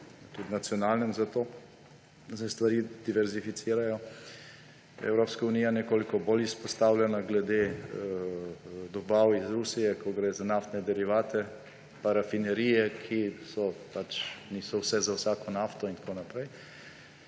tudi nacionalnem, da se stvari diverzificirajo. Evropska unije je nekoliko bolj izpostavljena glede dobav iz Rusije, ko gre za naftne derivate in rafinerije, ki niso za vsako nafto in tako naprej,